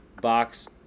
box